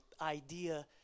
idea